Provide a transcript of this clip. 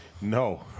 No